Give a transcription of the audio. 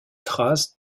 traces